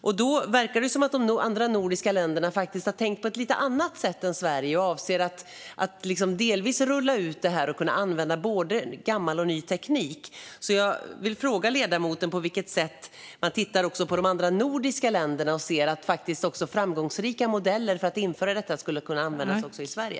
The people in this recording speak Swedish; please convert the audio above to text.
Men det verkar som om de andra nordiska länderna har tänkt på ett lite annat sätt än Sverige och avser att delvis rulla ut detta och använda både gammal och ny teknik. Jag vill då fråga ledamoten på vilket sätt man tittar på de andra nordiska länderna och ser att framgångsrika modeller för att införa detta skulle kunna införas även i Sverige.